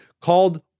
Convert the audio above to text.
called